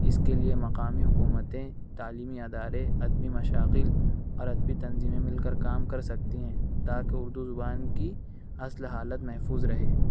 اِس کے لیے مقامی حکومتیں تعلیمی ادارے ادبی مشاغل اور ادبی تنظیمیں مِل کر کام کر سکتی ہیں تاکہ اُردو زبان کی اصل حالت محفوظ رہے